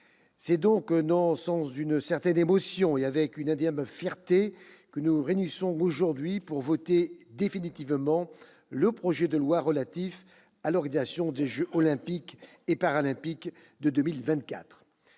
C'est donc avec une certaine émotion et une indéniable fierté que nous nous réunissons aujourd'hui pour voter définitivement le projet de loi relatif à l'organisation des jeux Olympiques et Paralympiques de 2024.